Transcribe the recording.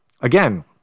again